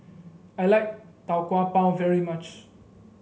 I like Tau Kwa Pau very much